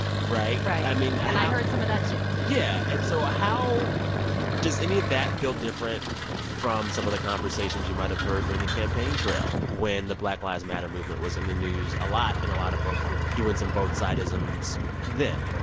right? right i mean and i heard some of that, too yeah. and so ah how does any of that feel different from some of the conversations you might have heard during the campaign trail when the black lives matter movement was in the news a lot and a lot of folks were doing some both-sideisms then?